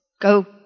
go